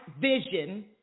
vision